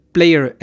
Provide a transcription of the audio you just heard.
Player